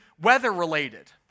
weather-related